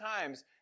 times